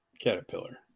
caterpillar